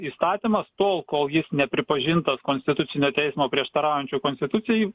įstatymas tol kol jis nepripažintas konstitucinio teismo prieštaraujančiu konstitucijai